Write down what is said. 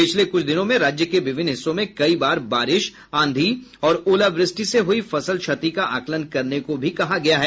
पिछले कुछ दिनों में राज्य के विभिन्न हिस्सों में कई बार बारिश आंधी और ओलावृष्टि से हुई फसल क्षति का आकलन करने को भी कहा गया है